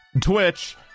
Twitch